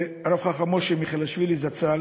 הרב חכם משה מיכאלשווילי זצ"ל,